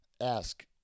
Ask